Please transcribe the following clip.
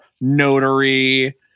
notary